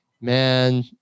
Man